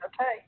Okay